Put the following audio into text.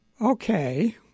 Okay